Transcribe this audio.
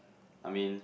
I mean